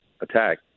attack